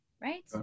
Right